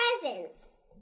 presents